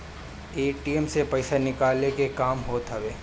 ATM से पईसा निकाले के काम होत हवे